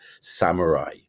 samurai